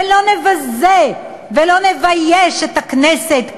ולא נבזה ולא נבייש את הכנסת.